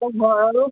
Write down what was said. আৰু